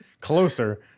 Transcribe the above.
closer